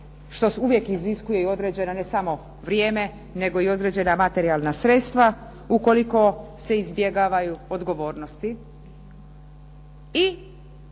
što uvijek iziskuje i određena ne samo vrijeme nego i određena materijalna sredstva ukoliko se izbjegavaju odgovornosti